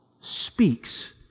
speaks